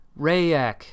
Rayak